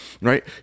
right